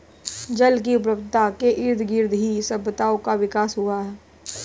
जल की उपलब्धता के इर्दगिर्द ही सभ्यताओं का विकास हुआ